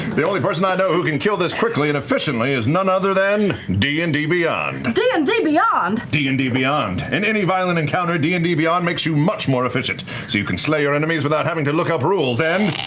the only person i know who can kill this quickly and efficiently is none other than d and d beyond. laura d and d beyond? travis d and d beyond. in any violent encounter, d and d beyond makes you much more efficient, so you can slay your enemies without having to look up rules and